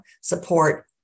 support